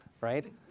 right